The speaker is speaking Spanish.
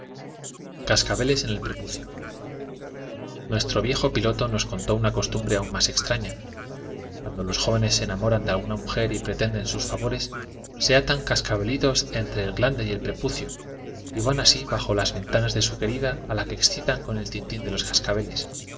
cascabeles en el prepucio nuestro viejo piloto nos contó una costumbre aun más extraña cuando los jóvenes se enamoran de alguna mujer y pretenden sus favores se atan cascabelitos entre el glande y el prepucio y van así bajo las ventanas de su querida a la que excitan con el tintín de los